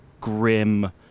grim